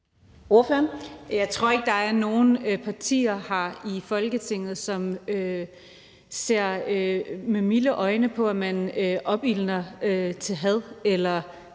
Jeg tror ikke, der er nogen partier her i Folketinget, som ser med milde øjne på, at man opildner til had